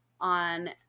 on